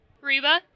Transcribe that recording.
Reba